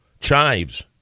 chives